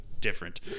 different